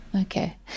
Okay